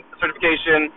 certification